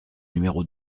numéro